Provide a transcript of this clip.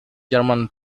german